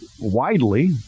widely